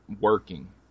working